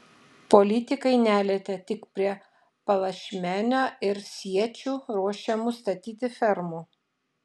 politikai nelietė tik prie palašmenio ir siečių ruošiamų statyti fermų